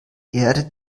erde